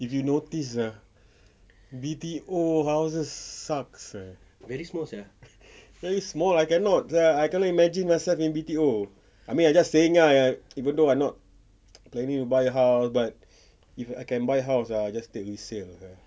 if you notice ah B_T_O houses sucks eh very small I cannot sia I cannot imagine myself in B_T_O I mean I'm just saying ah even though I'm not planning to buy a house but if I can buy house ah I just take resale